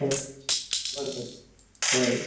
ᱦᱳᱭᱛᱚ ᱦᱳᱭ ᱦᱳᱭ